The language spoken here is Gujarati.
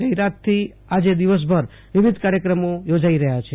ગઈરાતથી આજે દિવસભર વિવિધ કાર્યક્રમો યોજાઈ રહ્યા છે